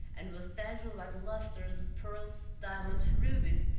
and was dazzled by the lustre of the pearls, diamonds, rubies,